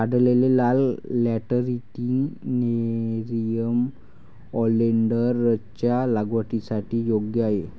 काढलेले लाल lateritic nerium ओलेन्डरच्या लागवडीसाठी योग्य आहे